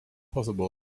possible